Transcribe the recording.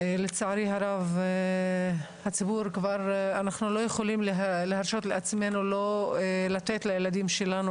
לצערי הרב הציבור כבר אנחנו לא יכולים להרשות לעצמנו לא לתת לילדים שלנו